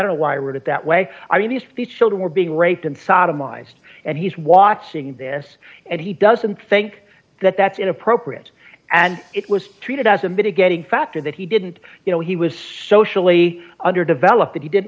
don't know why i read it that way i mean these three children were being raped and sodomized and he's watching this and he doesn't think that that's inappropriate and it was treated as a mitigating factor that he didn't you know he was socially underdeveloped that he didn't